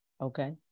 Okay